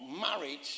marriage